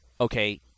okay